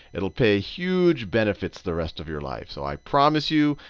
it'll pay huge benefits the rest of your life. so i promise you,